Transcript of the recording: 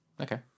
Okay